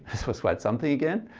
was quite something again.